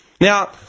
Now